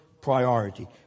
priority